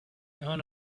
earn